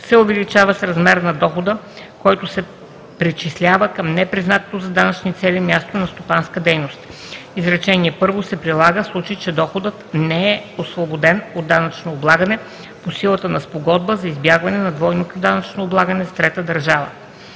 се увеличава с размера на дохода, който се причислява към непризнатото за данъчни цели място на стопанска дейност. Изречение първо се прилага, в случай че доходът не е освободен от данъчно облагане по силата на спогодба за избягване на двойното данъчно облагане с трета държава.